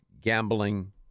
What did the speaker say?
gambling